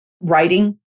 writing